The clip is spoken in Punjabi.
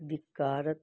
ਅਧਿਕਾਰਤ